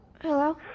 Hello